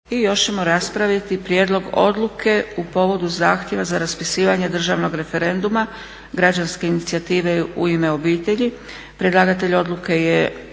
Josip (SDP)** Prijedlog Odluke u povodu zahtjeva za raspisivanje državnog referenduma Građanske inicijative "U ime obitelji". Predlagatelj Odluke je